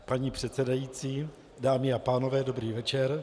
Paní předsedající, dámy a pánové, dobrý večer.